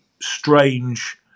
strange